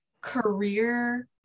career